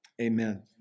Amen